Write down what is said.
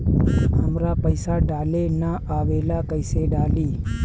हमरा पईसा डाले ना आवेला कइसे डाली?